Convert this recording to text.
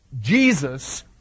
Jesus